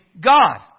God